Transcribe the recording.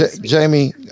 jamie